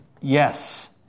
Yes